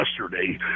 yesterday